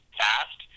fast